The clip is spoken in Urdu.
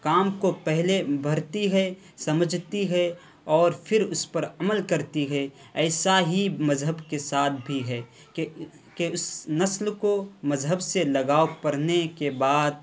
کام کو پہلے پھڑتی ہے سمجھتی ہے اور پھر اس پر عمل کرتی ہے ایسا ہی مذہب کے ساتھ بھی ہے کہ کہ اس نسل کو مذہب سے لگاؤ پڑھنے کے بعد